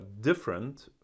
different